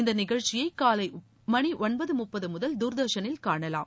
இந்த நிகழ்ச்சியை காலை மணி ஒன்பது முப்பது முதல் தூர்தர்ஷனில் காணலாம்